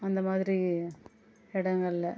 அந்த மாதிரி இடங்கள்ல